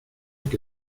que